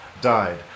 died